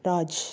Raj